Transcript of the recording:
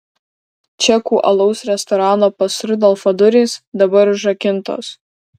čekų alaus restorano pas rudolfą durys dabar užrakintos